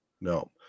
no